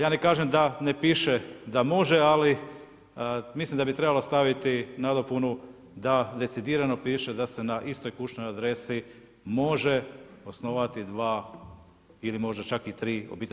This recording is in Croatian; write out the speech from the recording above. Ja ne kažem da ne piše da ne može, ali mislim da bi trebali staviti nadopunu da decidirano piše da se na istoj kućnoj adresi može osnovati 2 ili možda čak i 3 OPG-a.